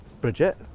Bridget